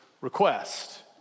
request